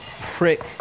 prick